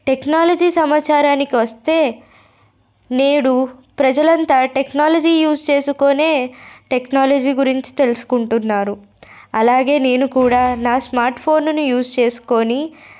technology సమాచారానికి వస్తే నేడు ప్రజలంతా టెక్నాలజీ యూస్ చేసుకోనే టెక్నాలజీ గురించి తెలుసుకుంటున్నారు అలాగే నేను కూడా నా స్మార్ట్ఫోన్లను యూస్ చేసుకొని